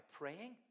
praying